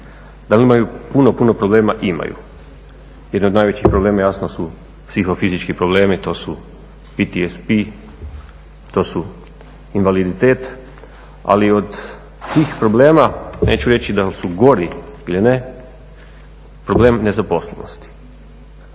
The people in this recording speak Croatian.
Da li imaju puno, puno problema? Imaju. Jedan od najvećih problema jasno su psihofizički problemi. To su PTSP, to su invaliditet. Ali od tih problema neću reći da su gori ili ne problem nezaposlenosti.